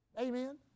Amen